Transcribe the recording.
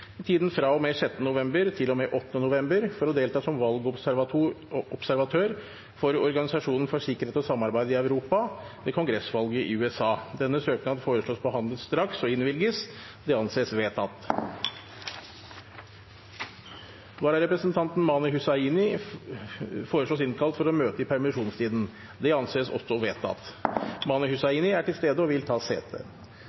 i tiden fra og med 6. november til og med 8. november for å delta som valgobservatør for Organisasjonen for sikkerhet og samarbeid i Europa ved kongressvalget i USA. Denne søknaden foreslås behandlet straks og innvilget. – Det anses vedtatt. Vararepresentanten, Mani Hussaini , foreslås innkalt for å møte i permisjonstiden. – Det anses også vedtatt. Mani